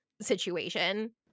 situation